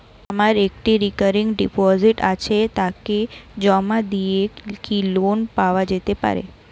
আমার একটি recurring deposit আছে তাকে জমা দিয়ে কি লোন পাওয়া যেতে পারে?